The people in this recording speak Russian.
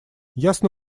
ясно